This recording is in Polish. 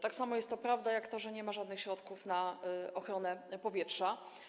Tak samo jest to prawda jak to, że nie ma żadnych środków na ochronę powietrza.